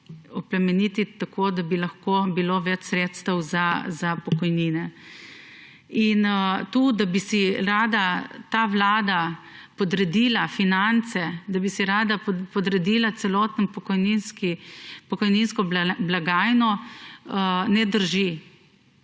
oplemeniti tako, da bi lahko bilo več sredstev za pokojnine. To, da bi si rada ta vlada podredila finance, da bi si rada podredila celotno pokojninsko blagajno, ne drži.